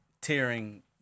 tearing